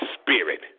spirit